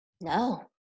No